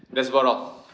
that's about all